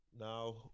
Now